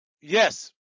Yes